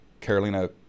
Carolina